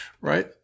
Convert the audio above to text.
Right